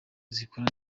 zikora